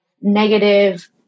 negative